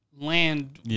land